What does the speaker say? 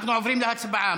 אנחנו עוברים להצבעה.